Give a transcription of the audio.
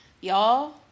Y'all